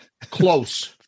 Close